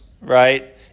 right